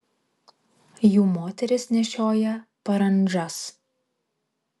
jų moterys nešioja parandžas